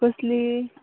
कसलीं